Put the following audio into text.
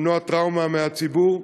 למנוע טראומה מהציבור,